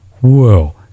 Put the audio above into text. whoa